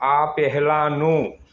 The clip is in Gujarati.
આ પહેલાંનું